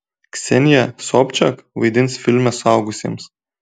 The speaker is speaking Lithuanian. ksenija sobčak vaidins filme suaugusiems